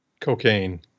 Cocaine